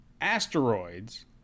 asteroids